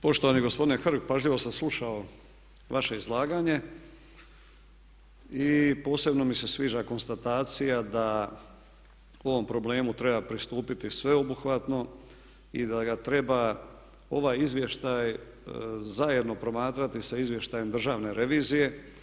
Poštovani gospodine Hrg, pažljivo sam slušao vaše izlaganje i posebno mi se sviđa konstatacija da ovom problemu treba pristupiti sveobuhvatno i da ga treba ovaj izvještaj zajedno promatrati sa izvještajem državne revizije.